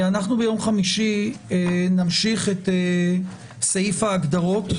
ביום חמישי נמשיך את סעיף ההגדרות,